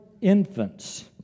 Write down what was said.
infants